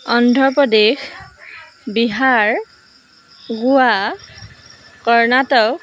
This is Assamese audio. অন্ধ্ৰ প্ৰদেশ বিহাৰ গোৱা কৰ্ণাটক